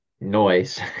noise